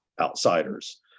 outsiders